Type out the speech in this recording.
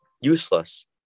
useless